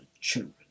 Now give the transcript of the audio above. children